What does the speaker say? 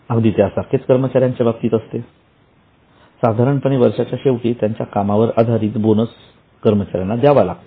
अगदी त्यासारखेच कर्मचार्यांच्या बाबतीत असते साधारणपणे वर्षाच्या शेवटी त्यांच्या कामावर आधारित बोनस कर्मचाऱ्यांना द्यावा लागतो